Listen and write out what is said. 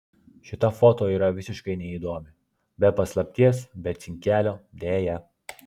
šita foto yra visiškai neįdomi be paslapties be cinkelio deja